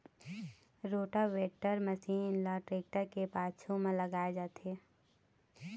rotavator machine ल tractor के पाछू म लगाए जाथे